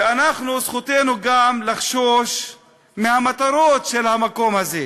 וזכותנו גם לחשוש מהמטרות של המקום הזה.